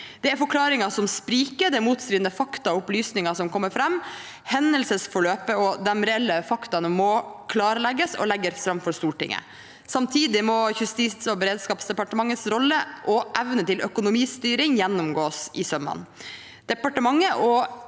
Det er forklaringer som spriker. Det er motstridende fakta og opplysninger som kommer fram. Hendelsesforløpet og de reelle faktaene må klarlegges og legges fram for Stortinget. Samtidig må Justis- og beredskapsdepartementets rolle og evne til økonomistyring ettergås i sømmene. Departementet og